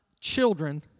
Children